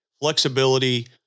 Flexibility